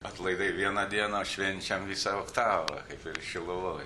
atlaidai vieną dieną švenčiam visą oktavą kaip ir šiluvoj